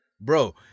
Bro